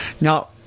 Now